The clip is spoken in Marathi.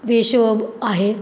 वेश आहे